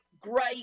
great